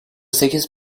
sekiz